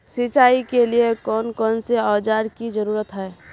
सिंचाई के लिए कौन कौन से औजार की जरूरत है?